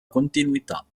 continuità